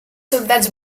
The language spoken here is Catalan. soldats